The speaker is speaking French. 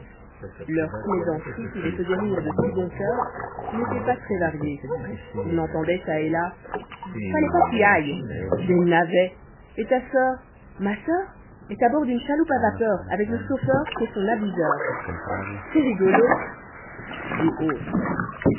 leurs plaisanteries qui les faisaient rire de si bon coeur n'étaient pas très variées on entendait ça et là fallait pas qu'y aille des navets et ta soeur ma soeur est à bord d'une chaloupe à vapeur avec le chauffeur qu'est son abuseur c'est rigolo et autres